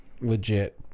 legit